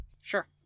Sure